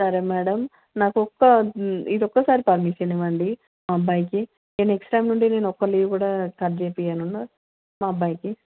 సరే మేడమ్ నాకు ఒక్క ఇది ఒక్కసారి పర్మిషన్ ఇవ్వండి మా అబ్బాయికి ఇంకా నెక్స్ట్ టైం నుండి నేను ఒక్క లీవ్ కూడా కట్ చేపించను మా అబ్బాయికి